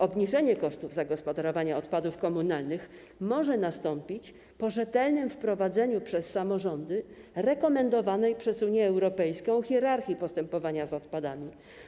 Obniżenie kosztów zagospodarowania odpadów komunalnych może nastąpić po rzetelnym wprowadzeniu przez samorządy rekomendowanej przez Unię Europejską hierarchii postępowania z odpadami.